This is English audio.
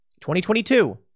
2022